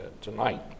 tonight